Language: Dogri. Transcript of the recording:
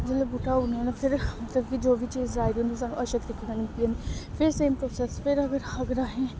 जेल्लै बूह्टा उग्गना होंदा फिर मतलब कि जो बी चीज़ चाहिदी दी होंदी सनूं अच्छे तरीके कन्नै निकली जंदी फिर सेम प्रोसेस फिर अगर अगर असें